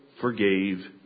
forgave